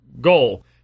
goal